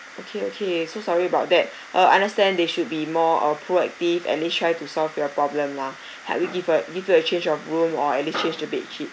okay okay so sorry about that uh understand they should be more uh proactive at least try to solve the problem lah help you give a give you a change of room or at least change the bed sheet